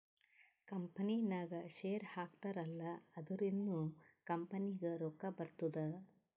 ಕಂಪನಿನಾಗ್ ಶೇರ್ ಹಾಕ್ತಾರ್ ಅಲ್ಲಾ ಅದುರಿಂದ್ನು ಕಂಪನಿಗ್ ರೊಕ್ಕಾ ಬರ್ತುದ್